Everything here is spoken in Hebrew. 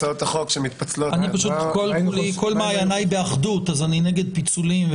כל מעייני באחדות, אז אני נגד פיצולים.